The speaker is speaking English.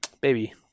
baby